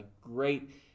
great